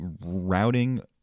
routing